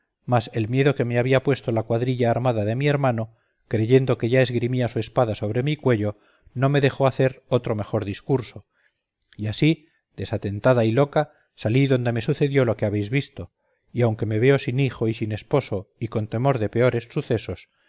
mas el miedo que me había puesto la cuadrilla armada de mi hermano creyendo que ya esgrimía su espada sobre mi cuello no me dejó hacer otro mejor discurso y así desatentada y loca salí donde me sucedió lo que habéis visto y aunque me veo sin hijo y sin esposo y con temor de peores sucesos